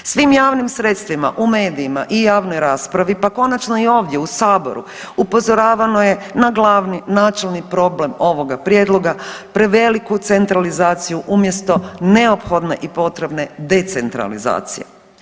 Svim javnim sredstvima u medijima i javnoj raspravi, pa konačno i ovdje u saboru upozoravano je na glavni načelni problem ovoga prijedloga, preveliku centralizaciju umjesto neophodne i potrebne decentralizacije.